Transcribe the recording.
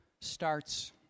starts